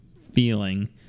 feeling